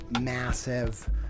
massive